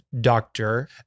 doctor